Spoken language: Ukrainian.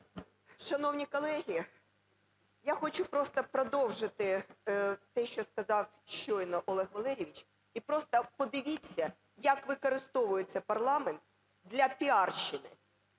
Шановні колеги, я хочу просто продовжити те, що сказав щойно Олег Валерійович, і просто подивіться, як використовується парламент дляпіарщини.